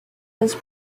his